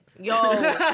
Yo